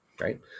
Right